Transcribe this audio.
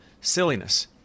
silliness